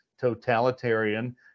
totalitarian